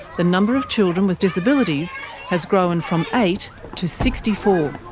the number of children with disabilities has grown from eight to sixty four.